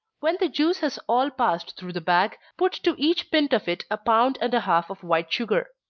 when the juice has all passed through the bag, put to each pint of it a pound and a half of white sugar.